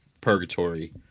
purgatory